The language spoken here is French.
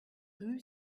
rue